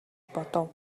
бодов